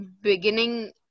beginning